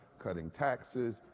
cutting taxes,